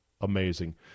amazing